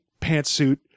pantsuit